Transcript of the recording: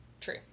True